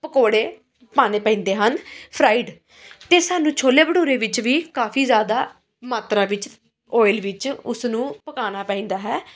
ਪਕੌੜੇ ਪਾਉਣੇ ਪੈਂਦੇ ਹਨ ਫਰਾਈਡ ਅਤੇ ਸਾਨੂੰ ਛੋਲੇ ਭਟੂਰੇ ਵਿੱਚ ਵੀ ਕਾਫੀ ਜ਼ਿਆਦਾ ਮਾਤਰਾ ਵਿੱਚ ਆਇਲ ਵਿੱਚ ਉਸਨੂੰ ਪਕਾਉਣਾ ਪੈਂਦਾ ਹੈ